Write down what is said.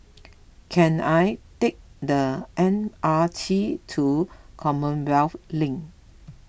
can I take the M R T to Commonwealth Link